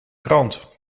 krant